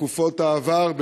מתקופות העבר,